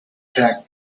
drank